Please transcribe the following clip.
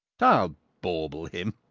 i'll bauble him!